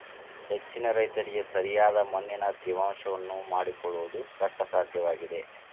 ಹೆಚ್ಚಿನ ರೈತರಿಗೆ ಸರಿಯಾದ ಮಣ್ಣಿನ ತೇವಾಂಶವನ್ನು ಮಾಡಿಕೊಳ್ಳವುದು ಕಷ್ಟಸಾಧ್ಯವಾಗಿದೆ